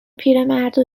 پیرمردو